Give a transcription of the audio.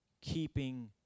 keeping